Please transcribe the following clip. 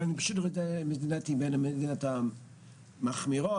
אנחנו בין המדינות המחמירות?